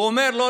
הוא אומר: לא,